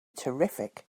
terrific